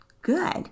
Good